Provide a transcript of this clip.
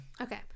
Okay